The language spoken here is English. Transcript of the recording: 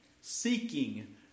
seeking